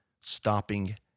stopping